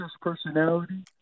personality